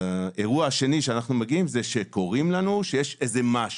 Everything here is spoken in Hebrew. המקרה השני שאנחנו מגיעים זה כשקוראים לנו אם יש משהו.